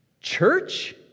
Church